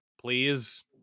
Please